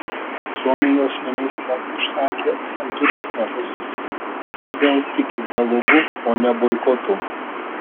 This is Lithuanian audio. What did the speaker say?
suomijos ministras išsakė santūresnę poziciją jis labiau tiki dialogu o ne boikotu